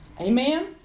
Amen